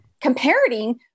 comparing